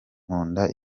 nkunda